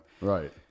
Right